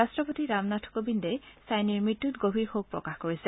ৰট্টপতি ৰামনাথ কবিন্দে চাইনিৰ মৃত্যুত গভীৰ শোক প্ৰকাশ কৰিছে